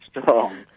strong